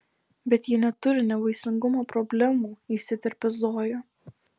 bet ji neturi nevaisingumo problemų įsiterpia zoja